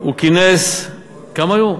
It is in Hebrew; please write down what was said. הוא כינס, כמה היו?